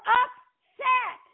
upset